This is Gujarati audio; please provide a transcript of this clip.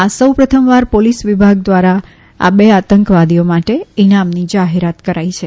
આ સૌ પ્રથમવાર પોલીસ વિભાગ દ્વારા આ બે આતંકીઓ માટે ઈનામની જાહેરાત કરાઈ છે